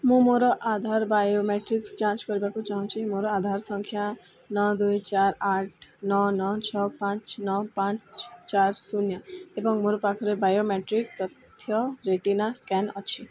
ମୁଁ ମୋର ଆଧାର ବାୟୋମେଟ୍ରିକ୍ସ ଯାଞ୍ଚ କରିବାକୁ ଚାହୁଁଛି ମୋର ଆଧାର ସଂଖ୍ୟା ନଅ ଦୁଇ ଚାରି ଆଠ ନଅ ନଅ ଛଅ ପାଞ୍ଚ ନଅ ପାଞ୍ଚ ଚାରି ଶୂନ ଏବଂ ମୋର ପାଖରେ ବାୟୋମେଟ୍ରିକ୍ ତଥ୍ୟ ରେଟିନା ସ୍କାନ୍ ଅଛି